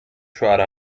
شوهر